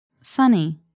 Sunny